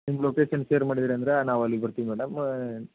ನಿಮ್ಮ location share ಮಾಡಿದಿರಿ ಅಂದ್ರೆ ನಾವು ಅಲ್ಲಿಗೆ ಬರ್ತಿವಿ ಮೇಡಮ್